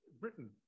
Britain